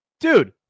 dude